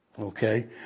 Okay